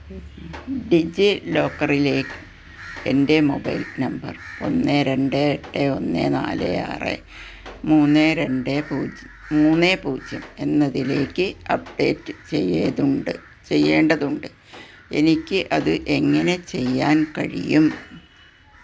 ഡിജി ലോക്കറിലെ എൻ്റെ mobile number ഒന്ന് രണ്ട് എട്ട് ഒന്ന് നാല് ആറ് മൂന്ന് രണ്ട് പൂജ്യം മൂന്ന് പൂജ്യം എന്നതിലേക്ക് അപ്ഡേറ്റ് ചെയ്യേതുണ്ട് ചെയ്യേണ്ടതുണ്ട് എനിക്ക് അത് എങ്ങനെ ചെയ്യാൻ കഴിയും